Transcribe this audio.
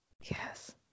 Yes